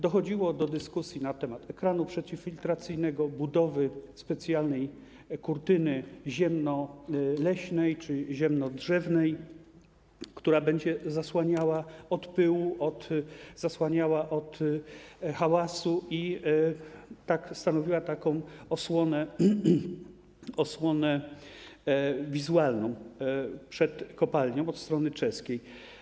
Dochodziło do dyskusji na temat ekranu przeciwfiltracyjnego, budowy specjalnej kurtyny ziemno-leśnej czy ziemno-drzewnej, która będzie zasłaniała od pyłu, hałasu i będzie stanowiła taką osłonę wizualną przed kopalnią od strony czeskiej.